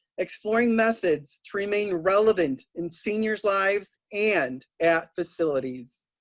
exploring methods to remain relevant in seniors' lives and at facilities.